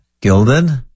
gilded